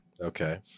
Okay